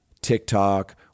TikTok